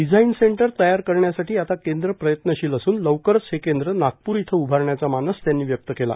design centre तयार करण्यासाठी आता केंद्र प्रयत्नशील असून लवकरच हे केंद्र नागपूर इथं उभारण्याचा मानस त्यांनी व्यक्त केला